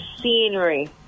scenery